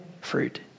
fruit